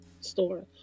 store